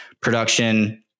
production